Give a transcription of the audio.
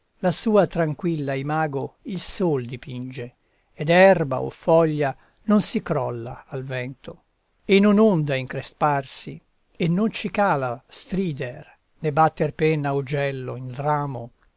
la sua tranquilla imago il sol dipinge ed erba o foglia non si crolla al vento e non onda incresparsi e non cicala strider né batter penna augello in ramo